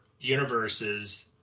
universes